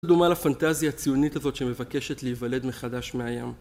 לעומת הפנטזיה הציונית הזאת שמבקשת להיוולד מחדש מהים.